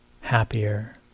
happier